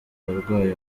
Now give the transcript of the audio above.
abarwayi